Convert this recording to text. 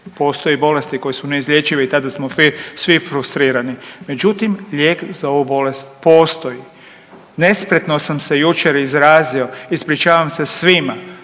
Postoje bolesti koje su neizlječive i tada smo svi frustrirani, međutim, lijek za ovu bolest postoji. Nespretno sam se jučer izrazio, ispričavam se svima,